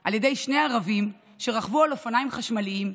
על ידי שני ערבים שרכבו על אופניים חשמליים.